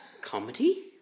comedy